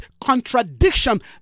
contradiction